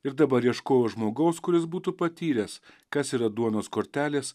ir dabar ieškojau žmogaus kuris būtų patyręs kas yra duonos kortelės